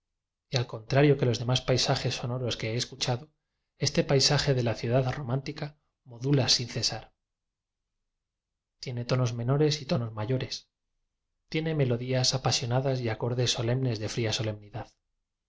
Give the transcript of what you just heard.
y al contrario que los demás paisajes sonoros que he escuchado este paisaje de la ciudad romántica modula sin cesar tiene fonos menores y fonos mayores tiene melodías apasionadas y acordes so lemnes de fría